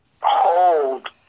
hold